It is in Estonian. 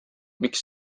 miks